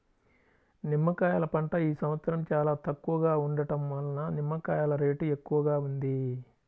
నిమ్మకాయల పంట ఈ సంవత్సరం చాలా తక్కువగా ఉండటం వలన నిమ్మకాయల రేటు ఎక్కువగా ఉంది